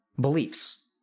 beliefs